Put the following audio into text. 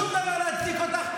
שום דבר לא יצדיק אותך,